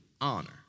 honor